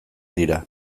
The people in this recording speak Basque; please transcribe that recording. dira